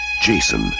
Jason